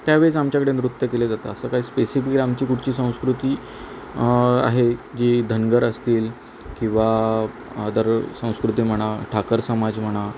त्यावेळीच आमच्याकडे नृत्य केले जातं असं काही स्पेसिफिक आमची कुठची संस्कृती आहे जी धनगर असतील किंवा अदर संस्कृती म्हणा ठाकर समाज म्हणा